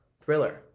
Thriller